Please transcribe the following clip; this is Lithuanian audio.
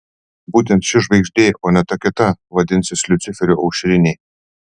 būtent ši žvaigždė o ne ta kita vadinsis liuciferio aušrinė